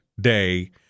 day